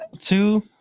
two